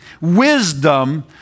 Wisdom